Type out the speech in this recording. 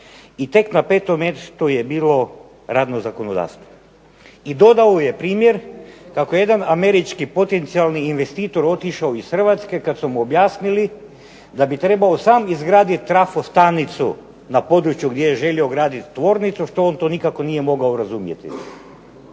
i tek na petom mjestu je bilo radno zakonodavstvo. I dodao je primjer kako jedan američki potencijalni investitor otišao iz Hrvatske kad su mu objasnili da bi trebao sam izgraditi trafostanicu na području gdje je želio graditi tvornicu, što on to nikako nije mogao razumjeti.